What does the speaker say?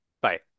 Bye